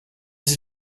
sie